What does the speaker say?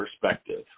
perspective